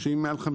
למה לא?